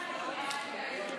הרי זה לא יאה.